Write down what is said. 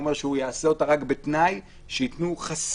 הוא אומר שהוא יעשה אותה רק בתנאי שייתנו חסינות